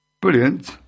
brilliant